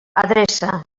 adreça